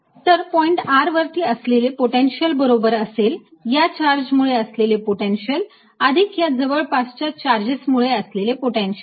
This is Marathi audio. तर पॉईंट r वरती असलेले पोटेन्शिअल बरोबर असेल या चार्ज मुळे असलेले पोटेन्शियल अधिक या जवळपासच्या चार्जेस मुळे असलेले पोटेन्शिअल